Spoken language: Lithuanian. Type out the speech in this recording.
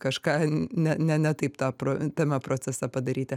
kažką ne ne taip tą tame procese padaryt